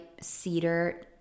cedar